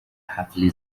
حفل